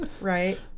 Right